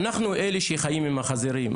אנחנו אלה שחיים עם החזירים,